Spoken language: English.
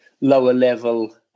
lower-level